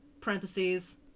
parentheses